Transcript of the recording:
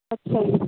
ਅੱਛਾ ਜੀ